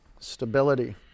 stability